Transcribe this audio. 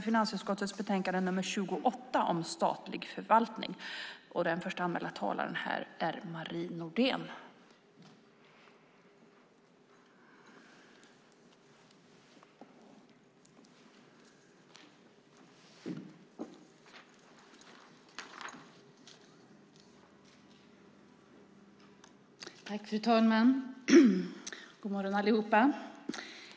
Fru talman! God morgon alla!